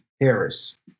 Harris